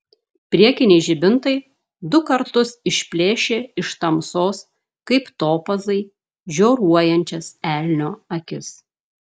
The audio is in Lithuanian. priekiniai žibintai du kartus išplėšė iš tamsos kaip topazai žioruojančias elnio akis